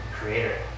Creator